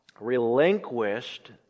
relinquished